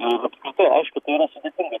ir apskritai aišku tai yra sudėtinga